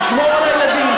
לשמור על הילדים,